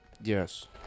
yes